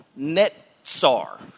Netzar